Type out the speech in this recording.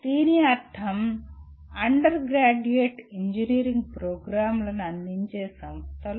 దీని అర్థం undergraduate engineering ప్రోగ్రామ్లను అందించే సంస్థలు